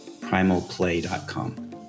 primalplay.com